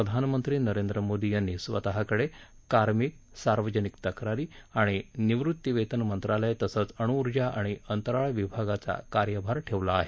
प्रधानमंत्री नरेंद्र मोदी यांनी स्वतःकडे कार्मिक सार्वजनिक तक्रारी आणि निवृत्तीवेतन मंत्रालय तसेच अणुऊर्जा आणि अंतराळ विभागाचा कार्यभार ठेवला आहे